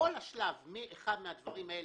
בכל השלב שנוקטים באחד מן הדברים האלה,